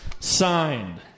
Signed